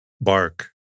Bark